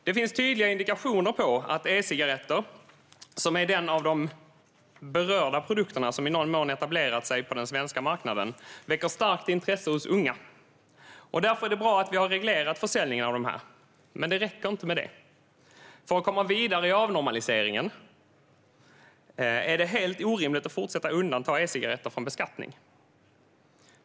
Det finns tydliga indikationer på att e-cigaretter, som är den av de berörda produkter som i någon mån etablerat sig på den svenska marknaden, väcker starkt intresse hos unga. Därför är det bra att vi har reglerat försäljningen av dem, men det räcker inte med det. För att komma vidare i avnormaliseringen är det helt orimligt att fortsätta undanta e-cigaretter från beskattning.